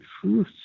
truth